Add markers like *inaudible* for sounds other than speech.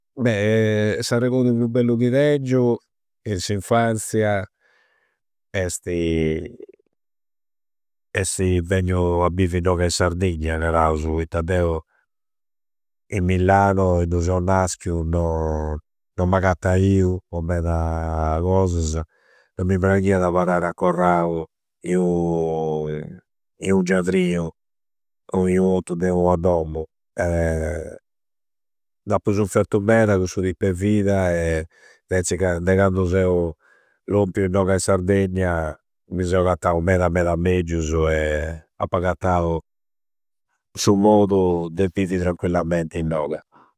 Bhe *hesitation* s'arregodu pru bellu chi tengiu in s'infanzia esti, essi benniu a bivvi innoga in Sardegna narausu poitta deu in Milano, innui seu naschiu, non m'agattaiu po meda cosasa. Non mi praghiada abarrare accorrau in u, in u giadriu o i unu ottu de ua dommu. *hesitation* D'appu sunffertu meda cussu tipu e vida *hesitation* inveci de candu seu lompiu innoga in Sardegna mi seu acattau meda meda meggiusu. Appu agattau su modu de bivi tranquillamenti innoga.